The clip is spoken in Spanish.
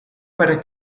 para